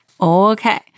Okay